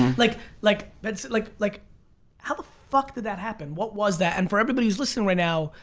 like like but like, like, how the fuck did that happen? what was that? and for everybody who's listening right now,